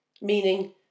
meaning